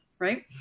Right